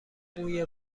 موی